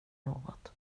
något